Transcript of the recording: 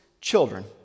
children